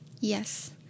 Yes